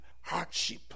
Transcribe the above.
hardship